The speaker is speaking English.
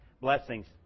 Blessings